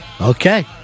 Okay